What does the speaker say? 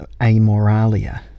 Amoralia